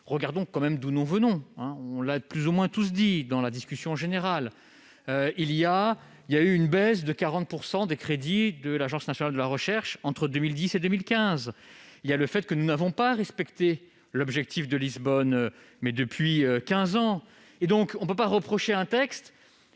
regardons tout de même d'où nous venons ! On l'a plus ou moins tous dit dans la discussion générale : il y a eu une baisse de 40 % des crédits de l'Agence nationale de la recherche entre 2010 et 2015 ; nous n'avons pas respecté l'objectif de Lisbonne depuis quinze ans. On ne peut pas reprocher à un texte